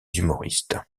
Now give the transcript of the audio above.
humoristes